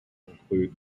include